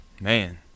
man